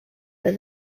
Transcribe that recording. but